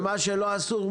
ומה שלא אסור,